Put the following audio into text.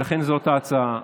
לכן, זאת ההצעה,